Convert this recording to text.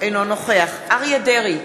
אינו נוכח אריה דרעי,